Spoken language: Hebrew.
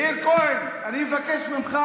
מאיר כהן, אני מבקש ממך.